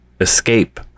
escape